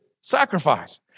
sacrifice